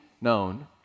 known